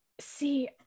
see